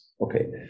Okay